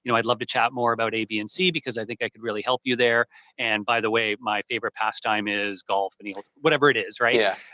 you know i'd love to chat more about a, b, and c because i think i could really help you there and by the way my favorite pastime is golf, and or whatever it is, right? yeah.